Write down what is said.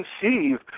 conceive